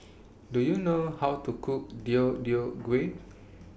Do YOU know How to Cook Deodeok Gui